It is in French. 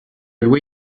loué